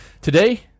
Today